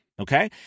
okay